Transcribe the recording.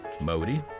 Modi